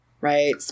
right